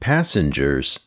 Passengers